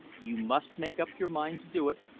you must make up your mind to do it,